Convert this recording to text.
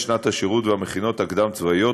שנת השירות והמכינות הקדם-צבאיות,